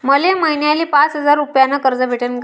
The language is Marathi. मले महिन्याले पाच हजार रुपयानं कर्ज भेटन का?